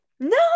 No